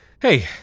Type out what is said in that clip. Hey